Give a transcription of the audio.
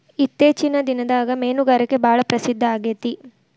ಇತ್ತೇಚಿನ ದಿನದಾಗ ಮೇನುಗಾರಿಕೆ ಭಾಳ ಪ್ರಸಿದ್ದ ಆಗೇತಿ